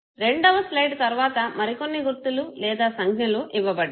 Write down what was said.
రెండవ స్లయిడ్ తరవాత మరికొన్ని గుర్తులు లేదా సంజ్ఞలు ఇవ్వబడ్డాయి